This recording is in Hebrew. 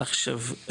עכשיו,